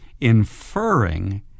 inferring